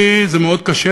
לי זה מאוד קשה,